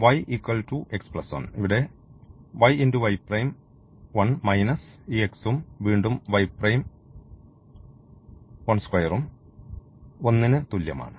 y x 1 ഇവിടെ y y prime 1 minus ഈ x ഉം വീണ്ടും y പ്രൈം 1 സ്ക്വയറും 1 ന് തുല്യമാണ്